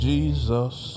Jesus